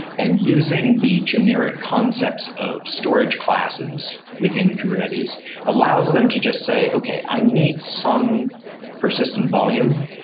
and using the generic concepts of storage classes within kubernetes allows them to just say, okay i need some persistent volume.